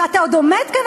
ואתה עוד עומד כאן,